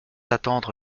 attendre